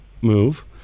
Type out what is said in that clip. move